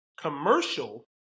Commercial